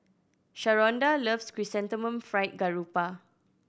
Sharonda loves Chrysanthemum Fried Garoupa